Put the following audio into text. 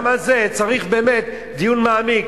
גם על הדבר הזה צריך דיון מעמיק,